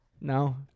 No